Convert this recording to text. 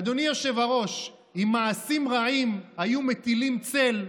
אדוני היושב-ראש, אם מעשים רעים היו מטילים צל,